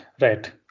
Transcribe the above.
Right